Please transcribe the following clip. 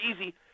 easy